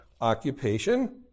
occupation